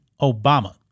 Obama